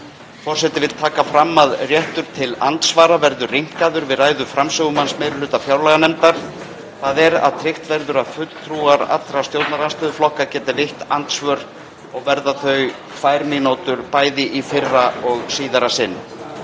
Forseti vill taka fram að réttur til andsvara verður rýmkaður við ræðu framsögumanns meiri hluta fjárlaganefndar, þ.e. að tryggt verður að fulltrúar allra stjórnarandstöðuflokka geti veitt andsvör og verða þau tvær mínútur, bæði í fyrra og síðara sinn.